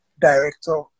director